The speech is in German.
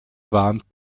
warnt